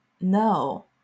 No